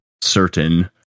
certain